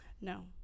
no